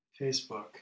Facebook